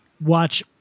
watch